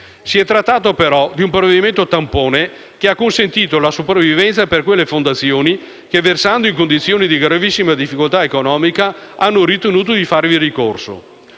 Si è trattato, però, di un provvedimento tampone che ha consentito la sopravvivenza per quelle fondazioni che, versando in condizioni di gravissima difficoltà economica, hanno ritenuto di farvi ricorso.